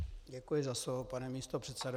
Děkuji za slovo, pane místopředsedo.